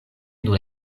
nur